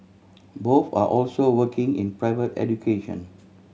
both are also working in private education